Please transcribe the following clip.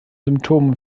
symptomen